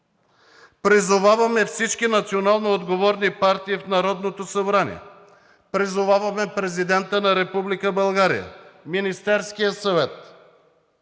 Призоваваме всички националноотговорни партии в Народното събрание, призоваваме Президента на Република България, Министерския съвет